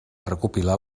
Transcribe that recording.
recopilar